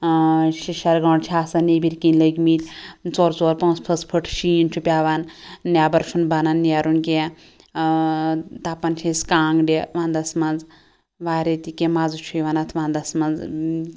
ٲں شِشَر گٲنٛٹھ چھِ آسان نیٚبرۍ کِنۍ لٔگمِتۍ ژور ژور پانٛژھ پانٛژھ فُٹ شیٖن چھُ پیٚوان نیٚبر چھُنہٕ بَنان نیرُن کیٚنٛہہ ٲں تَپان چھِ أسۍ کانٛگڑِ ونٛدَس مَنٛز واریاہ تہِ کیٚنٛہہ مَزٕ چھُ یِوان اَتھ ونٛدَس مَنٛز